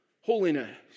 holiness